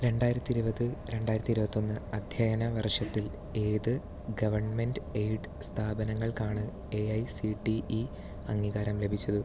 രണ്ടായിരത്തി ഇരുപത് രണ്ടായിരത്തി ഇരുപത്തൊന്ന് അധ്യയന വർഷത്തിൽ ഏത് ഗവൺമെൻറ്റ് എയ്ഡ് സ്ഥാപനങ്ങൾക്കാണ് A I C T E അംഗീകാരം ലഭിച്ചത്